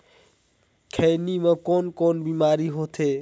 खैनी म कौन कौन बीमारी होथे?